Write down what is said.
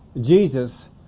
Jesus